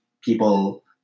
people